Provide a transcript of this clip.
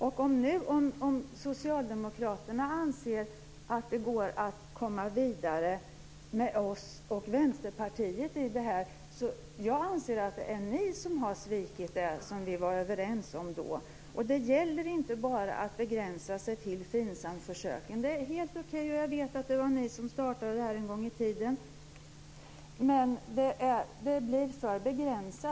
Nu anser socialdemokraterna att det går att komma vidare med oss och Vänsterpartiet. Jag anser att det är ni som har svikit det som vi då var överens om. Det gäller inte bara att begränsa sig till Finsamförsöken. De är helt okej, och jag vet att det var ni som startade dem en gång i tiden, men det blir för begränsat.